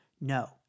No